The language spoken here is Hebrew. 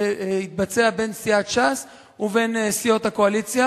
שהתבצע בין סיעת ש"ס ובין סיעות הקואליציה.